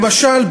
למשל,